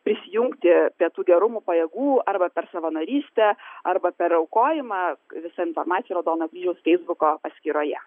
prisijungti prie tų gerumo pajėgų arba per savanorystę arba per aukojimą visa informacija raudono kryžiaus feisbuko paskyroje